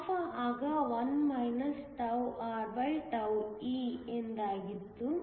α ಆಗ 1 te ಎಂದಾಗುತ್ತದೆ